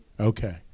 Okay